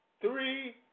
three